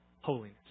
holiness